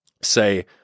say